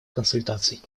консультаций